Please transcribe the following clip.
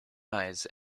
eyes